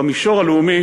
במישור הלאומי